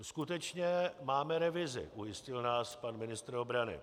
Skutečně máme revizi, ujistil nás pan ministr obrany.